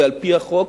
ועל-פי החוק,